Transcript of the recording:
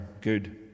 good